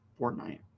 fortnite